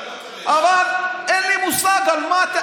אבל אין לי מושג על מה אתם,